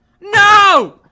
No